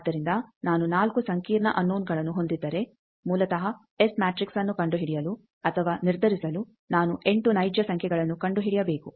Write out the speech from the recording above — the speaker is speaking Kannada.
ಆದ್ದರಿಂದ ನಾನು 4 ಸಂಕೀರ್ಣ ಅನ್ನೋನಗಳನ್ನು ಹೊಂದಿದ್ದರೆ ಮೂಲತಃ ಎಸ್ ಮ್ಯಾಟ್ರಿಕ್ಸ್ಅನ್ನು ಕಂಡುಹಿಡಿಯಲು ಅಥವಾ ನಿರ್ಧರಿಸಲು ನಾನು 8 ನೈಜ ಸಂಖ್ಯೆಗಳನ್ನು ಕಂಡುಹಿಡಿಯಬೇಕು